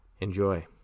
Enjoy